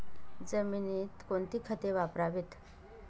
जमिनीत कोणती खते वापरावीत?